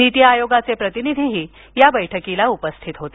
नीती आयोगाचे प्रतिनिधीही या बैठकीला उपस्थित होते